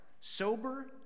sober